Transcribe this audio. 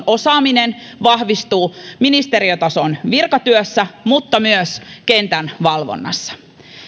osaaminen vahvistuu ministeriötason virkatyössä mutta myös kentän valvonnassa